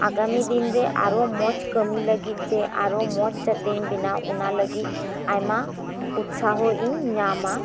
ᱟᱜᱟᱢᱤ ᱫᱤᱱᱨᱮ ᱟᱨᱚ ᱢᱚᱡᱽ ᱠᱟᱹᱢᱤ ᱞᱟᱹᱜᱤᱫ ᱛᱮ ᱟᱨᱳ ᱢᱚᱡᱽ ᱡᱟᱛᱮᱧ ᱵᱮᱱᱟᱣ ᱚᱱᱟ ᱞᱟᱹᱜᱤᱫ ᱟᱭᱢᱟ ᱩᱛᱥᱟᱦᱚ ᱤᱧ ᱧᱟᱢᱟ